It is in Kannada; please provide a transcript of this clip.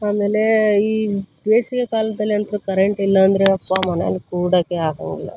ಆಮೇಲೆ ಈ ಬೇಸಿಗೆ ಕಾಲದಲ್ಲಂತೂ ಕರೆಂಟಿಲ್ಲ ಅಂದರೆ ಯಪ್ಪಾ ಮನೆಯಲ್ಲಿ ಕೂಡಕ್ಕೆ ಆಗಂಗಿಲ್ಲ